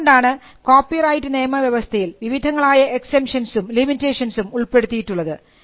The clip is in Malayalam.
അതുകൊണ്ടാണ് കോപ്പിറൈറ്റ് നിയമവ്യവസ്ഥയിൽ വിവിധങ്ങളായ എക്സെംഷൻസും ലിമിറ്റേഷൻസും ഉൾപ്പെടുത്തിയിട്ടുള്ളത്